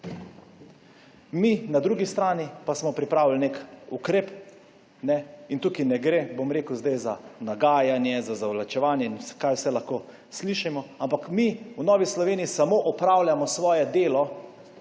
Mi na drugi strani pa smo pripravili nek ukrep. Tukaj ne gre, bom rekel, zdaj za nagajanje, za zavlačevanje, kar vse lahko slišimo. Mi v Novi Sloveniji samo opravljamo svoje delo,